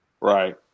right